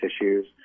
issues